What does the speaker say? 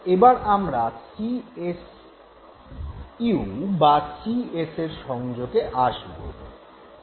এবার আমরা C S U বা সি এস এর সংযোগে আসব